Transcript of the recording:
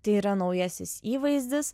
tai yra naujasis įvaizdis